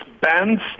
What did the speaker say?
bands